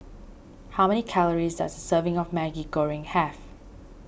how many calories does a serving of Maggi Goreng have